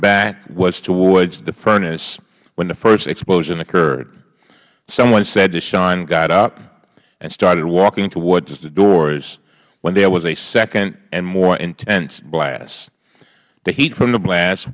back was toward the furnace when the first explosion occurred someone said that shawn got up and started walking toward the doors when there was a second and more intense blast the heat from the blas